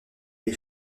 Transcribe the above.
est